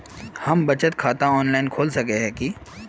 हम बचत खाता ऑनलाइन खोल सके है की?